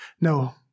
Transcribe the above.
No